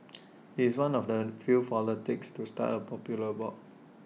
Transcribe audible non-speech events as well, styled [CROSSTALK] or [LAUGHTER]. [NOISE] he's one of the first few politicians to start A popular blog